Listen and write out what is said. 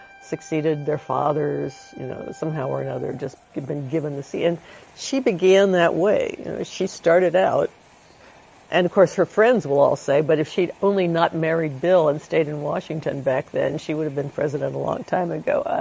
succeeded their fathers, you know, somehow or another just been given the seat and she began that way. she started out and of course her friends will all say but if she'd only not married bill and stayed in washington back then she would have been president a long time ago. ah